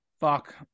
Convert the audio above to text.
Fuck